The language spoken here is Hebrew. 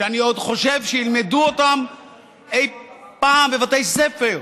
שאני עוד חושב שילמדו אותם אי פעם בבתי ספר,